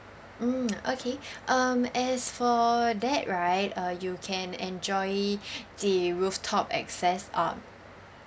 mm okay um as for that right uh you can enjoy the rooftop access um